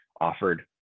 offered